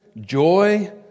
joy